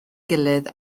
gilydd